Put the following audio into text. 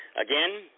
again